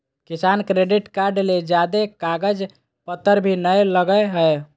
किसान credit card ले ज्यादे कागज पतर भी नय लगय हय